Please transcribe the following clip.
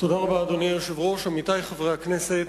אדוני היושב-ראש, תודה רבה, עמיתי חברי הכנסת,